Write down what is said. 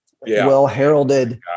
well-heralded